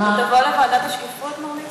תבוא לוועדת השקיפות, מר ליצמן?